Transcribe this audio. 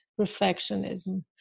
perfectionism